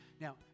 Now